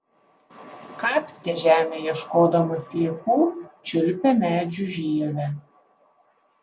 kapstė žemę ieškodama sliekų čiulpė medžių žievę